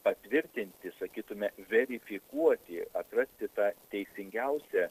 patvirtinti sakytume verifikuoti atrasti tą teisingiausią